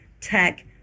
tech